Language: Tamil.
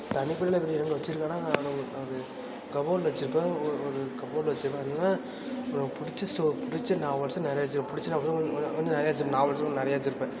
தனிப்பட்ட இடங்கள்ல வச்சிருக்கேனா அது கப்போட்ல வச்சிருப்பேன் ஒ ஒரு கப்போட்ல வச்சிருப்பேன் இல்லைன்னா எனக்கு பிடிச்ச ஸ்டோ பிடிச்ச நாவல்ஸ நிறைய வச்சிருப்பேன் பிடிச்ச நாவல்ஸை கொஞ் கொஞ்சம் நிறையா வச்சிருப்பேன் நாவல்ஸ்லாம் நிறையா வச்சிருப்பேன்